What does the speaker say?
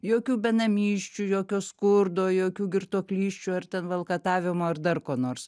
jokių benamysčių jokio skurdo jokių girtuoklysčių ar ten valkatavimo ar dar ko nors